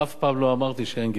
אף פעם לא אמרתי שאין גירעון.